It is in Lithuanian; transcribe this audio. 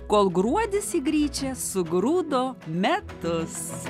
kol gruodis į gryčią sugrūdo metus